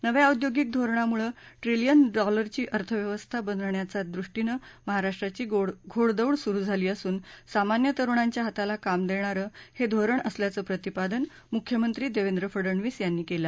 नव्या औद्योगिक धोरणामुळे ट्रिलियन डॉलरची अर्थव्यवस्था बनण्याच्या दृष्टीनं महाराष्ट्राची घोडदौड सुरु झाली असून सामान्य तरुणांच्या हाताला काम देणारे हे धोरण असल्याचं प्रतिपादन मुख्यमंत्री देवेंद्र फडनवीस यांनी केलं